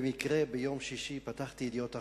במקרה ביום שישי פתחתי "ידיעות אחרונות"